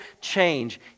change